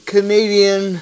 Canadian